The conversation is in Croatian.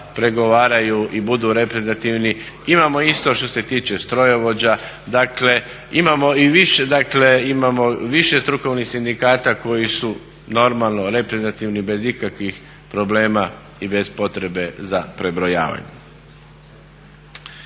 pregovaraju i budu reprezentativni. Imamo isto što se tiče strojovođa, dakle imamo i više, dakle imamo više strukovnih sindikata koji su normalno reprezentativni bez ikakvih problema i bez potrebe za prebrojavanjem.